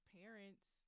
parents